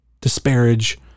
disparage